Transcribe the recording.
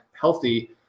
healthy